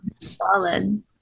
solid